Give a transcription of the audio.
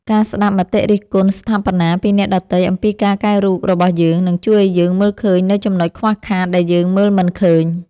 ការស្ដាប់មតិរិះគន់ស្ថាបនាពីអ្នកដទៃអំពីការកែរូបរបស់យើង នឹងជួយឱ្យយើងមើលឃើញនូវចំណុចខ្វះខាតដែលយើងមើលមិនឃើញ។